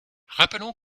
rappelons